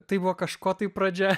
tai buvo kažko tai pradžia